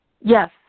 Yes